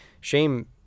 Shame